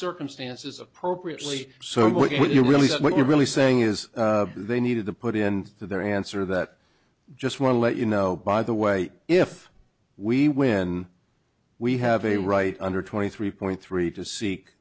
circumstances appropriately so what you really what you're really saying is they needed to put into their answer that just want to let you know by the way if we win we have a right under twenty three point three to seek